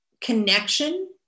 connection